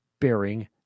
bearing